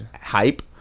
hype